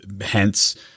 hence